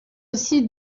aussi